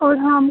और हम